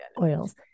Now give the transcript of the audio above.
oils